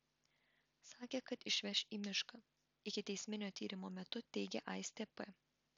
sakė kad išveš į mišką ikiteisminio tyrimo metu teigė aistė p